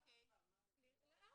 --- סליחה,